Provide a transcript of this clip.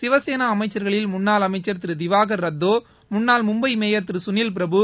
சிவசேனா அமைச்சர்களில் முன்னாள் அமைச்சர் திரு திவாகர் ரத்தோ முன்னாள் மும்பை மேயர் திரு குனில் பிரபு